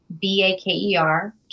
B-A-K-E-R